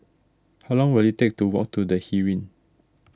how long will it take to walk to the Heeren